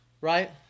right